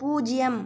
பூஜ்ஜியம்